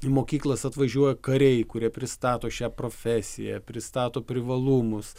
į mokyklas atvažiuoja kariai kurie pristato šią profesiją pristato privalumus